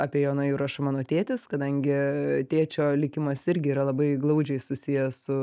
apie joną jurašą mano tėtis kadangi tėčio likimas irgi yra labai glaudžiai susijęs su